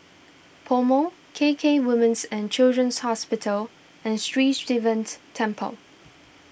PoMo K K Women's and Children's Hospital and Sri Sivan's Temple